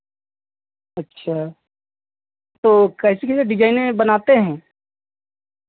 अच्छा तो कैसे कैसे डिज़ाइने बनाते हैं